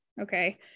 Okay